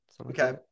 okay